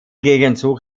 gegenzug